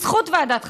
בזכות ועדת חקירה.